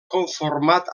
conformat